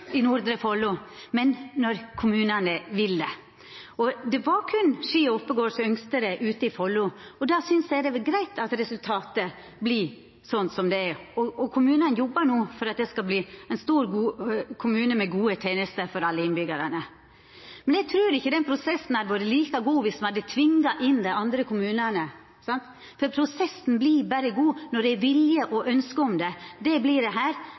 i Nordre Follo, men når kommunane vil det. Det var berre Ski og Oppegård som ønskte det ute i Follo, og då synest eg det er greitt at resultatet vart som det er. Kommunane jobbar no for at det skal verta ein kommune med gode tenester for alle innbyggjarane. Me trur ikkje den prosessen hadde vore like god om ein hadde tvinga inn dei andre kommunane. Prosessen vert berre god når det er vilje og ønske om det. Det